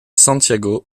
santiago